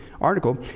article